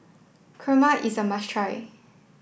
Kurma is a must try